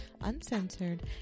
uncensored